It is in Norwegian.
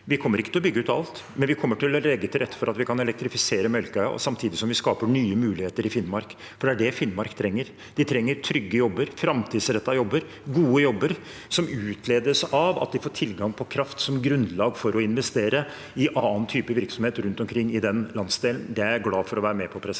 Vi kommer ikke til å bygge ut alt, men vi kommer til å legge til rette for at vi kan elektrifisere Melkøya, samtidig som vi skaper nye muligheter i Finnmark, for det er det Finnmark trenger. De trenger trygge jobber, framtidsrettede jobber, gode jobber, som utledes av at de får tilgang på kraft som grunnlag for å investere i annen type virksomhet rundt omkring i den landsdelen. Det er jeg glad for å være med på. Presidenten